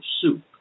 soup